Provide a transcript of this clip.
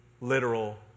literal